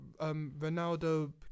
Ronaldo